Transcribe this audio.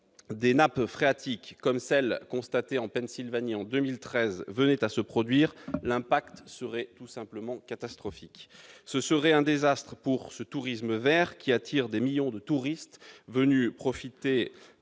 des nappes phréatiques, comme celle qui a été constatée en Pennsylvanie en 2013, venait à se produire, les conséquences seraient tout simplement catastrophiques. Ce serait un désastre pour ce tourisme vert qui attire des millions de personnes venues profiter